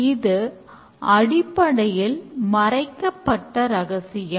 இது அடிப்படையில் மறைக்கப்பட்ட ரகசியம்